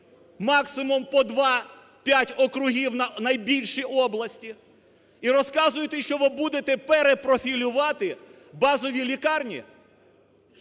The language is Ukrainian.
максимум по 2-5 округів у найбільші області, і розказуєте, що ви будете перепрофілювати базові лікарні.